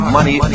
money